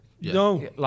No